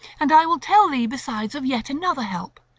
and i will tell thee besides of yet another help.